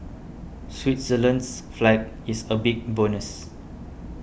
Switzerland's flag is a big plus